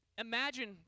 imagine